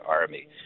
army